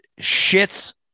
shits